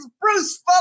Bruce